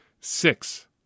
Six